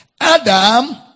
Adam